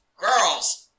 Girls